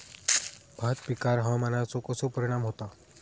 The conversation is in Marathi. भात पिकांर हवामानाचो कसो परिणाम होता?